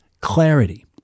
clarity